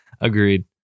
Agreed